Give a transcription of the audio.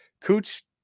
cooch